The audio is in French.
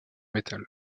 métal